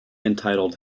entitled